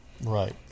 Right